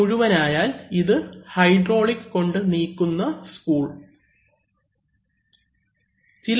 ഇതു മുഴുവൻ ആയാൽ ഇത് ഹൈഡ്രോളിക് കൊണ്ട് നീക്കുന്ന സ്പൂൾ ആണ്